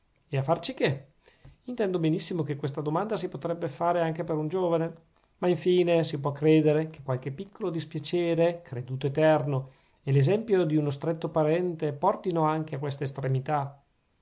e a farci che intendo benissimo che questa domanda si potrebbe fare anche per un giovane ma infine si può credere che qualche piccolo dispiacere creduto eterno e l'esempio di uno stretto parente portino anche a questa estremità